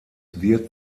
wird